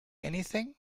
anything